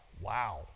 Wow